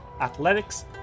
athletics